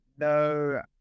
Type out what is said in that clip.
No